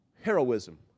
heroism